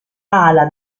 ala